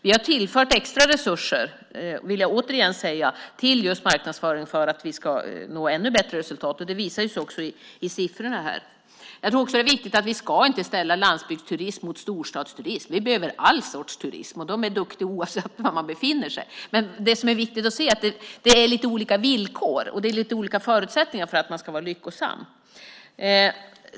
Vi har tillfört extra resurser - det vill jag återigen säga - till just marknadsföring för att vi ska nå ännu bättre resultat. Det visas också i siffrorna här. Jag tror också att det är viktigt att inte ställa landsbygdsturism mot storstadsturism. Vi behöver all sorts turism. Man är duktig oavsett var man befinner sig. Det som är viktigt att se är att det är lite olika villkor och lite olika förutsättningar för att man ska vara lyckosam.